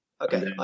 Okay